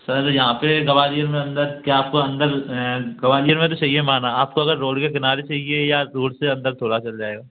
sir यहाँ पर ग्वालियर में अन्दर क्या आपको अन्दर ग्वालियर में तो चाहिए माना आपको अगर रोड के किनारे चाहिए या रोड से अन्दर थोड़ा चल जाएगा